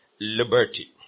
liberty